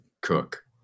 cook